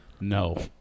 No